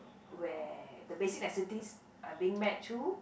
where the basic necessities are being met too